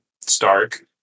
Stark